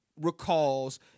recalls